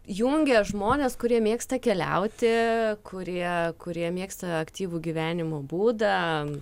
jungia žmones kurie mėgsta keliauti kurie kurie mėgsta aktyvų gyvenimo būdą